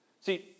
See